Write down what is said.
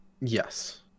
yes